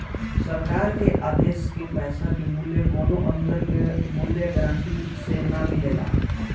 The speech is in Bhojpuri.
सरकार के आदेश के पैसा के मूल्य कौनो अंदर के मूल्य गारंटी से ना मिलेला